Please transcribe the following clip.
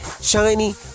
shiny